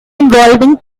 involving